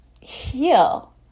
heal